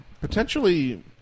potentially